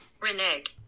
Reneg